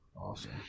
Awesome